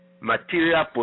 material